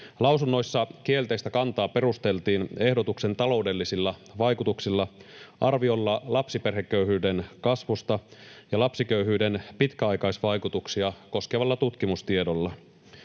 Lausunnoissa kielteistä kantaa perusteltiin ehdotuksen taloudellisilla vaikutuksilla, arviolla lapsiperheköyhyyden kasvusta ja lapsiköyhyyden pitkäaikaisvaikutuksia koskevalla tutkimustiedolla.